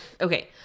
okay